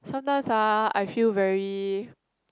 sometimes ah I feel very